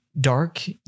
dark